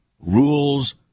rules